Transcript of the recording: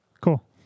Cool